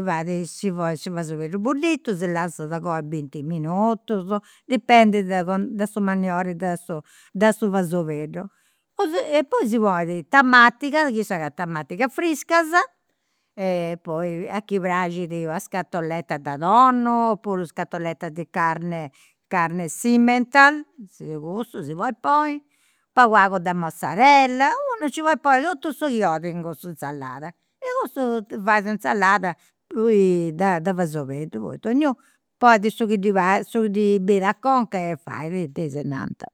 fait si fait su fasobeddu budditu, si lasat coi binti minutus, dipendit de su manniori de su de su fasobeddu. Così, poi si ponit tamatiga, chi s'agatat tamatigas friscas e poi a chi praxit una scatulledda de tonno, opuru scatulledda di carne, carne, si cussu si podit ponni, pagu pagu de mozzarella, unu nci podit ponni totu su chi 'olit in cuss'insalada. E cussu fais u' insalada de de fasobeddu, poi donniunu ponit su chi ddi parrit su chi ddi benni a conca e fait, tesinanta